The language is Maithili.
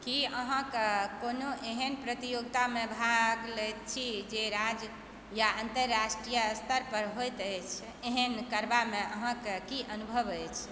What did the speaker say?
की अहाँके कोनो एहन प्रतियोगितामे भाग लैत छी जे राज्य या अन्तर्राष्ट्रीय स्तर पर होयत अछि एहन करबामे अहाँके की अनुभव अछि